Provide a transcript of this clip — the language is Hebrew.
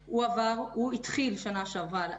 הוא התחיל בשנה שעברה,